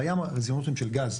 בים החיפושים הם של גז,